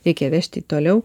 reikia vežti toliau